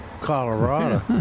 Colorado